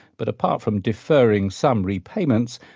but apart from deferring some repayments,